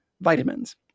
vitamins